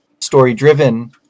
story-driven